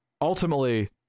ultimately